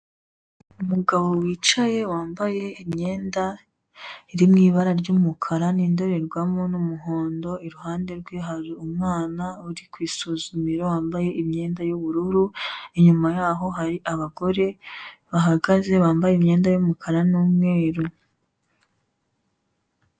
Umugabo wicaye wambaye imyenda iri mwibara ry'umukara n'indorerwemo n'umuhando iruhande rwe hari umwana wambaye imyenda y'ubururu inyuma yaho hari abagore bahagaze bambaye imyenda y'umukara n'umweru.